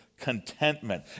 contentment